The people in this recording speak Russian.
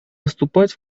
выступать